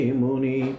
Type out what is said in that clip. muni